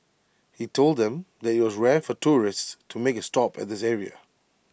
he told them that IT was rare for tourists to make A stop at this area